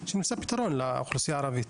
שנמצא פתרון לאוכלוסייה הערבית.